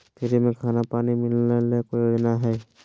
Free में खाना पानी मिलना ले कोइ योजना हय?